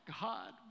God